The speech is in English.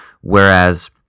Whereas